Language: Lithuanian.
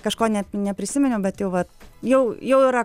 kažko net neprisiminiau bet jau vat jau jau yra